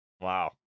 Wow